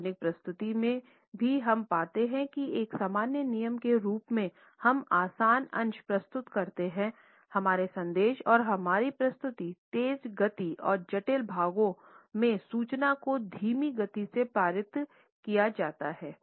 आधिकारिक प्रस्तुति में भी हम पाते हैं कि एक सामान्य नियम के रूप में हम आसान अंश प्रस्तुत करते हैं हमारे संदेश और प्रस्तुति तेज गति और जटिल भागों में सूचना को धीमी गति से पारित किया जाता है